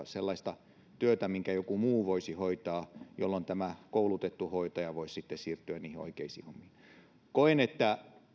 sellaista työtä minkä joku muu voisi hoitaa jolloin tämä koulutettu hoitaja voisi sitten siirtyä niihin oikeisiin hommiin koen että